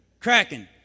cracking